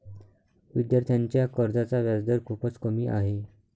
विद्यार्थ्यांच्या कर्जाचा व्याजदर खूपच कमी आहे